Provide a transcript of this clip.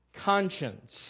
Conscience